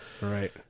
Right